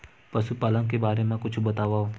पशुपालन के बारे मा कुछु बतावव?